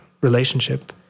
relationship